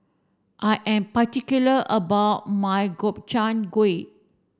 I am particular about my Gobchang Gui